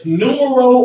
numero